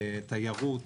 תיירות.